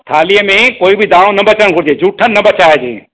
थालीअ में कोई बि दाणो न बचणु घुरिजे झूठनि न बचाइजे